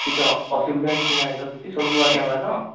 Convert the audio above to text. କିଛି ଅ ଅସୁବିଧା କିଛି ନାହିଁ ତ କିଛି ସବୁ ନୂଆ କ୍ୟାମେରା ତ